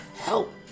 help